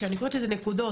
נקודות